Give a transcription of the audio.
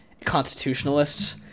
constitutionalists